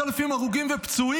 יש קרוב ל-10,000 הרוגים ופצועים.